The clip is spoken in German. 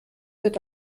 wird